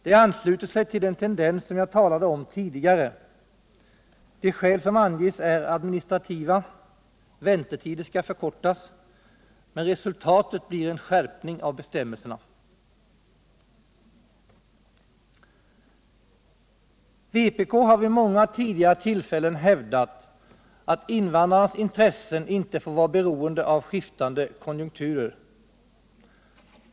Det ansluter sig till den tendens som jag talade om tidigare. De skäl som anges är administrativa, väntetider m.m., men resultatet blir en skärpning av bestämmelserna. Vpk har vid många tidigare tillfällen hävdat att invandrarnas intressen inte får vara beroende av skiftande konjunkturer.